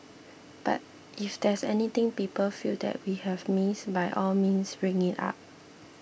but if there's anything people feel that we have missed by all means bring it up